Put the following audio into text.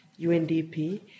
UNDP